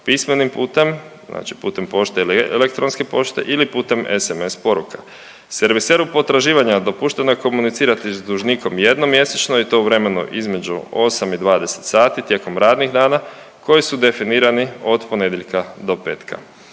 pismenim putem, znači pošte ili elektronske pošte ili putem SMS poruka. Serviseru potraživanja dopušteno je komunicirati s dužnikom jednom mjesečno i to u vremenu između osam i 20 sati tijekom radnih dana koji su definirani od ponedjeljka do petka.